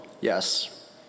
Yes